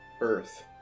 Earth